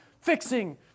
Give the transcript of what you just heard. fixing